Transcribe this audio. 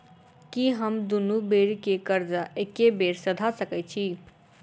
की हम दुनू बेर केँ कर्जा एके बेर सधा सकैत छी?